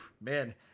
Man